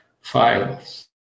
files